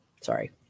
sorry